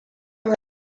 were